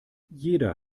jeder